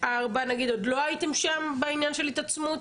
עוד לא הייתם שם בעניין של התעצמות?